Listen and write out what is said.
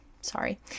sorry